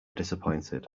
disappointed